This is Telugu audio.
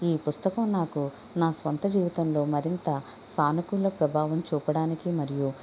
ఈ పుస్తకం నాకు నా సొంత జీవితంలో మరింత సానుకూల ప్రభావం చూపచడానికి మరియు